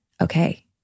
okay